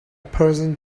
person